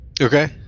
Okay